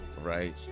right